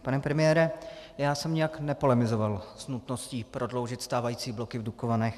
Pane premiére, já jsem nijak nepolemizoval s nutností prodloužit stávající bloky v Dukovanech.